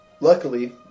luckily